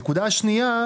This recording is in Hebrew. הנקודה השנייה,